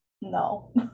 No